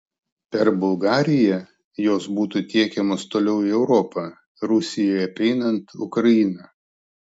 per bulgariją jos būtų tiekiamos toliau į europą rusijai apeinant ukrainą